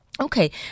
Okay